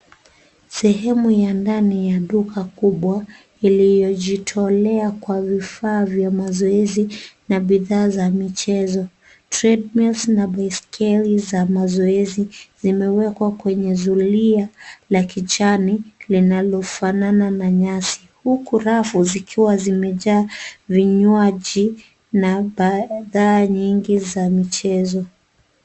Sehemu ya ndani ya duka kubwa, iliyojitolea kwa vifaa vya mazoezi, na bidhaa za michezo . Treadmills na baiskeli za mazoezi zimewekwa kwenye zulia, la kijani linalofanana na nyasi. Huku rafu zikiwa zimejaa vinywaji na bidhaa nyingi za michezo.